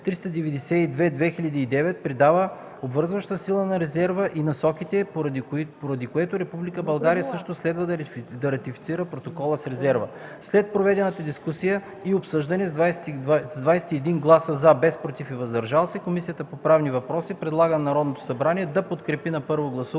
392/2009 придава обвързваща сила на резервата и насоките, поради което Република България също следва да ратифицира протокола с резерва. След проведената дискусия и обсъждане, с 21 гласа „за”, без „против” и „въздържали се”, Комисията по правни въпроси предлага на Народното събрание да подкрепи на първо гласуване